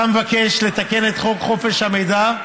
אתה מבקש לתקן את חוק חופש המידע,